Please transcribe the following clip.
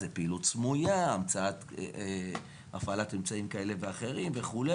זה פעילות סמויה, הפעלת אמצעים כאלה ואחרים וכו',